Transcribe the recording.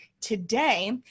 Today